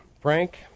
Frank